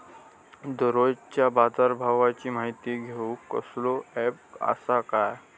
दररोजच्या बाजारभावाची माहिती घेऊक कसलो अँप आसा काय?